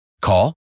Call